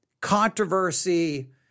controversy